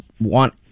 want